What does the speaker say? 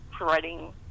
writing